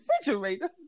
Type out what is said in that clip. refrigerator